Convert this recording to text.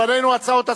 לפנינו הצעות הסיעות,